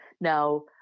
Now